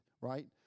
right